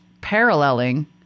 paralleling